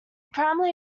primarily